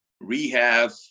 rehab